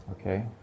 Okay